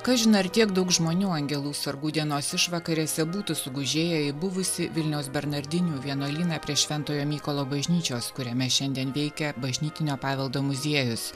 kažin ar tiek daug žmonių angelų sargų dienos išvakarėse būtų sugužėję į buvusį vilniaus bernardinių vienuolyną prie šventojo mykolo bažnyčios kuriame šiandien veikia bažnytinio paveldo muziejus